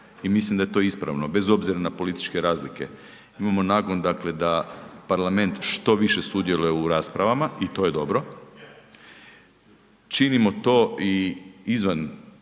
i mislim da je to ispravno bez obzira na političke razlike, imamo nagon dakle da parlament što više sudjeluje u raspravama i to je dobro. Činimo to izvan